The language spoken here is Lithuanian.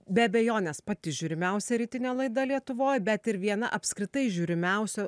be abejonės pati žiūrimiausia rytinė laida lietuvoj bet ir viena apskritai žiūrimiausių